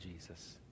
Jesus